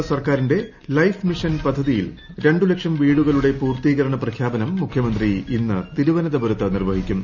കേരള സർക്കാരിന്റെ life mission പദ്ധതിയിൽ രണ്ടു ലക്ഷം ന് വീടുകളുടെ പൂർത്തീകരണ പ്രഖ്യാപനം മുഖ്യമന്ത്രി ഇന്ന് തിരുവനന്തപുരത്ത് നിർവ്വഹിക്കും